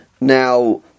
Now